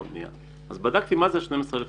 אז בדקתי מה זה המספר הזה.